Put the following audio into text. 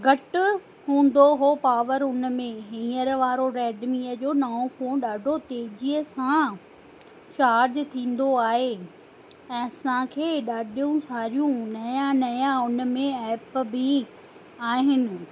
घटि हूंदो हो पावर हुन में हीअंर वारो रेडमीअ जो नओ फ़ोन ॾाढो तेजीअ सां चार्ज थींदो आहे ऐं असांखे ॾाढो सारियूं नया नया उन में ऐप बि आहिनि